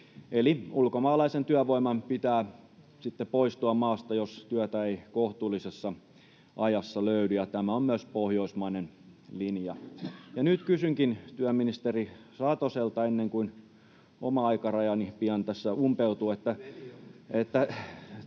Eli ulkomaalaisen työvoiman pitää poistua maasta, jos työtä ei kohtuullisessa ajassa löydy, ja tämä on myös pohjoismainen linja. Nyt kysynkin työministeri Satoselta, ennen kuin oma aikarajani pian tässä umpeutuu: [Ben